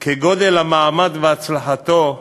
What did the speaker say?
כגודל המעמד והצלחתו,